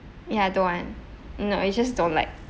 ya don't want mm no it's just don't like